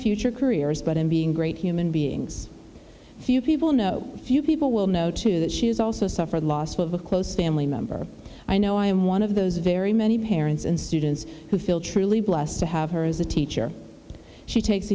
future careers but in being great human beings few people know few people will know too that she has also suffered the loss of a close family member i know i am one of those very many parents and students who feel truly blessed to have her as a teacher she takes